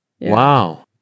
Wow